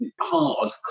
hard